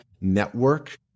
network